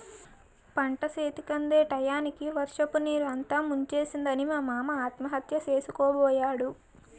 పంటచేతికందే టయానికి వర్షపునీరు అంతా ముంచేసిందని మా మామ ఆత్మహత్య సేసుకోబోయాడు